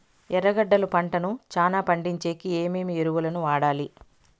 ఎర్రగడ్డలు పంటను చానా పండించేకి ఏమేమి ఎరువులని వాడాలి?